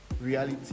reality